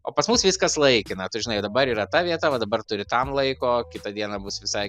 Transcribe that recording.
o pas mus viskas laikina žinai dabar yra ta vieta va dabar turi tam laiko kitą dieną bus visai